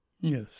Yes